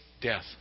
death